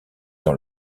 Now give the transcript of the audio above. dans